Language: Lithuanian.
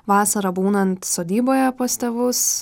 vasarą būnant sodyboje pas tėvus